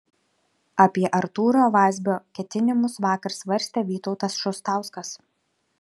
apie artūro vazbio ketinimus vakar svarstė vytautas šustauskas